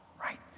right